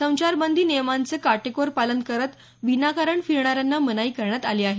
संचारबंदी नियमांचं काटेकोर पालन करत विनाकारण फिरणाऱ्यांना मनाई करण्यात आली आहे